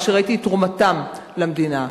כשראיתי את תרומתם למדינה,